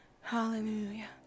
Hallelujah